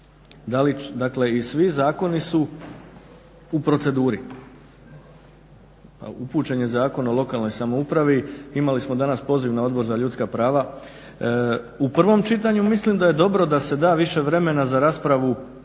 dakle i svi zakoni su u proceduri. Upućen je Zakon o lokalnoj samoupravi, imali smo danas poziv na Odbor za ljudska prava. U prvom čitanju mislim da je dobro da se da više vremena za raspravu